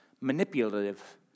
manipulative